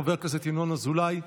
חבר הכנסת ינון אזולאי,